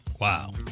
Wow